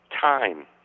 time